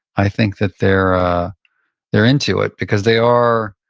i think that they're ah they're into it because they are,